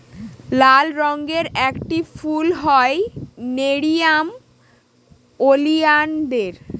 লাল রঙের একটি ফুল হয় নেরিয়াম ওলিয়ানদের